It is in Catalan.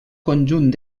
conjunt